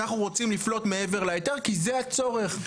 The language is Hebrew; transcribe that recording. אנחנו רוצים לפלוט מעבר להיתר כי זה הצורך,